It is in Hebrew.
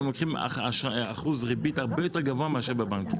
הם לוקחים אחוז ריבית הרבה יותר גבוה מאשר בבנקים,